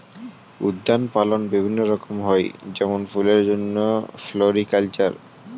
উদ্যান পালন বিভিন্ন রকম হয় যেমন ফুলের জন্যে ফ্লোরিকালচার